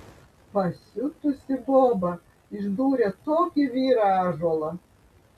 pasiutusi boba išdūrė tokį vyrą ąžuolą